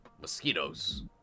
mosquitoes